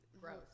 gross